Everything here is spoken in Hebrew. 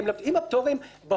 אם הפטורים בפועל